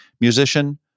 musician